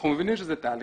אנחנו מבינים שזה תהליך,